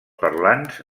parlants